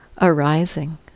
arising